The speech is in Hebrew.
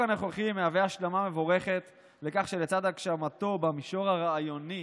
החוק הנוכחי מהווה השלמה מבורכת לכך שלצד הגשמתו במישור הרעיוני,